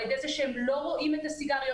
על ידי זה שהם לא רואים את הסיגריות,